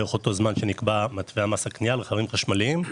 בערך אותו זמן שנקבע מס הקנייה לרכבים חשמליים,